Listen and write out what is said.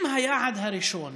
אם היעד הראשון